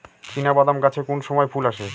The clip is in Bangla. চিনাবাদাম গাছে কোন সময়ে ফুল আসে?